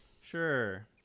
Sure